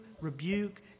rebuke